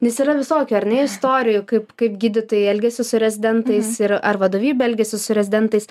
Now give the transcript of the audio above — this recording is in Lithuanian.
nes yra visokių ar ne istorijų kaip kaip gydytojai elgiasi su rezidentais ir ar vadovybė elgiasi su rezidentais